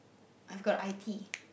I've got i_t